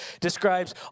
describes